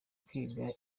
kwiga